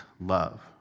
love